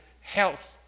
health